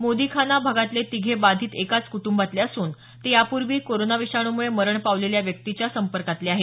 मोदीखाना भागातले तिघे बाधित एकाच कुटुंबातले असून ते यापूर्वी कोरोना विषाणूमुळे मरण पावलेल्या व्यक्तीच्या संपर्कातले आहेत